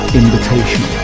invitation